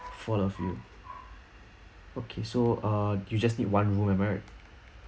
four of you okay so uh you just need one room am I right